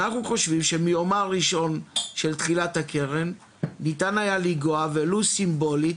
אנחנו חושבים שמיומה הראשון של תחילת הקרן ניתן היה לנגוע ולו סימבולית